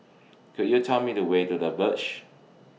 Could YOU Tell Me The Way to The Verge